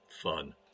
fun